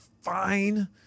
fine